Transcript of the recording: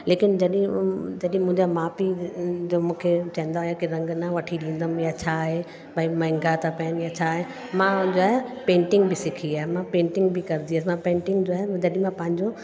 लेकिनि जॾहिं मुंहिंजा माउ पीउ मूंखे चवंदा हुआ कि रंग न वठी ॾींदमि या छा आहे भई महांगा था पयनि या छा आहे मां जो आहे पेंटिंग बि सिखी आहे मां पेंटिंग बि कंदी हुअसि मां पेंटिंग जो आहे जॾहिं मां पंहिंजो